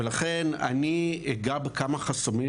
לכן אגע בכמה חסמים.